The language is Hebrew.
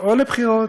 או לבחירות.